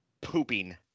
Pooping